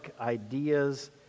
ideas